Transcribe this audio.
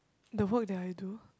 the work that I do